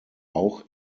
auch